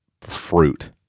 fruit